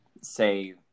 say